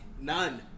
none